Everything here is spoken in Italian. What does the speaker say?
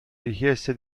richieste